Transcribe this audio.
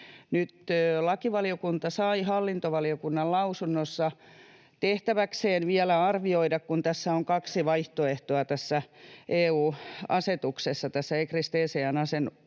Nyt lakivaliokunta sai hallintovaliokunnan lausunnossa tehtäväkseen vielä arvioida, kun on kaksi vaihtoehtoa tässä EU-asetuksessa, ECRIS-TCN-asetuksessa,